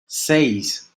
seis